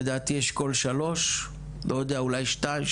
לדעתי אשכול שלוש אולי שתיים,